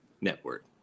network